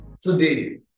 today